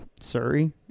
Surrey